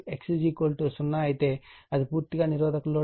X 0 అయితే అది పూర్తిగా నిరోధక లోడ్